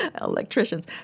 electricians